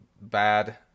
bad